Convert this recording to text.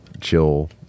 chill